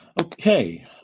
Okay